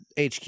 hq